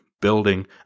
building